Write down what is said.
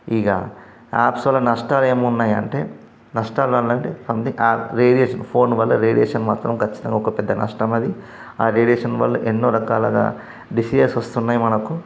ఇక యాప్స్ వల్ల నష్టాలు ఏమున్నాయి అంటే నష్టాలు అంటే రేడియేషన్ ఫోన్ వల్ల రేడియేషన్ మాత్రం ఖచ్చితంగా ఒక పెద్ద నష్టం అది ఆ రేడియేషన్ వల్ల ఎన్నో రకాల డిసీజెస్ వస్తున్నాయి మనకు